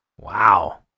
Wow